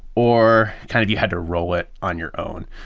or kind of you had to roll it on your own.